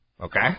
Okay